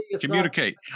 communicate